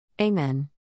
Amen